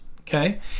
okay